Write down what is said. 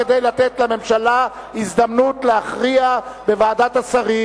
כדי לתת לממשלה הזדמנות להכריע בוועדת השרים.